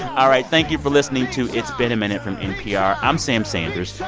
all right. thank you for listening to it's been a minute from npr. i'm sam sanders.